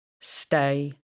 Stay